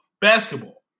Basketball